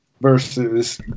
versus